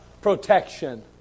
Protection